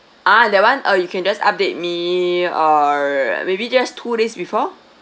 ah that [one] uh you can just update me err maybe just two days before